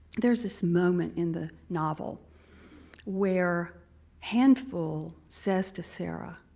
there's this moment in the novel where handful says to sarah,